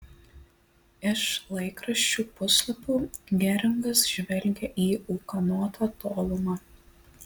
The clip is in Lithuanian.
iš laikraščių puslapių geringas žvelgė į ūkanotą tolumą